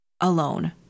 alone